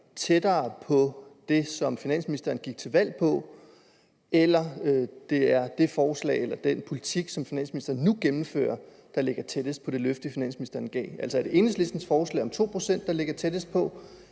tættest på det, som finansministeren gik til valg på, eller det er det forslag eller den politik, som finansministeren nu gennemfører, der ligger tættest på det løfte, finansministeren gav. Altså, er det Enhedslistens forslag om 2 pct., der ligger tættest på,